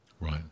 Right